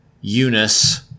Eunice